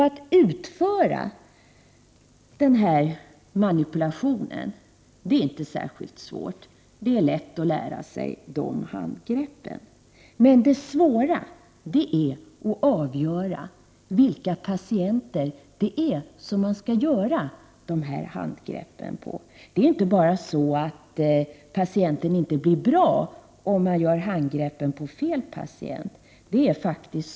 Att utföra denna manipulation är inte särskilt svårt. Det är lätt att lära sig de handgreppen. Det svåra är att avgöra vilka patienter som man skall göra dessa handgrepp på. Det är inte bara så att patienter inte blir bra om handgreppen utförs på fel patient.